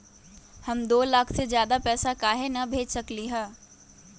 हम दो लाख से ज्यादा पैसा काहे न भेज सकली ह?